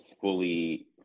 fully